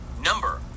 number